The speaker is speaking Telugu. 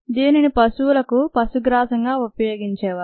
దీనిని పశువులకు పశుగ్రాసంగా వినియోగించేవారు